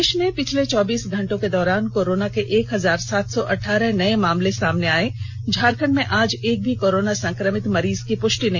देष में पिछले चौबीस घंटे के दौरान कोरोना के एक हजार सात सौ अठारह नये मामले सामने आये झारखंड में आज एक भी कोरोना संक्रमित मरीज की पुष्टि नहीं